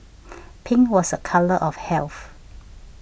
pink was a colour of health